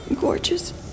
gorgeous